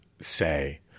say